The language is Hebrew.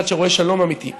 הצד שרוצה שלום אמיתי,